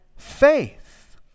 faith